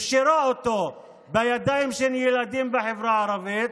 אפשרה אותו בידיים של ילדים בחברה הערבית,